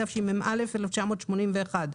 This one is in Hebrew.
התשמ"א-1981.